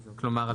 כלומר,